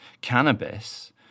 cannabis